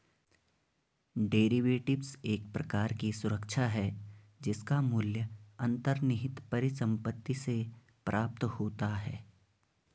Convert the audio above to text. derivatives एक प्रकार की सुरक्षा है जिसका मूल्य अंतर्निहित परिसंपत्ति से प्राप्त होता है